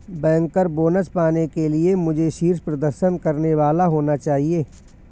banker bonus पाने के लिए मुझे शीर्ष प्रदर्शन करने वाला होना चाहिए